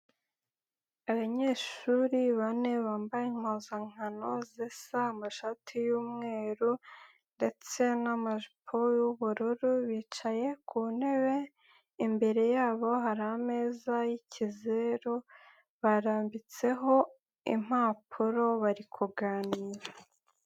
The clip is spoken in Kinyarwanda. Abanyeshuri bane bambaye impuzankano zisa, amashati y'umweru ndetse n'amajipo y'ubururu, bicaye ku ntebe, imbere yabo hari ameza y'ikizeru, barambitseho impapuro, bari kuganira.